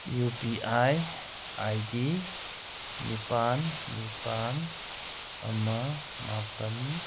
U P I I D ꯅꯤꯄꯥꯟ ꯅꯤꯄꯥꯟ ꯑꯃ ꯃꯥꯄꯟ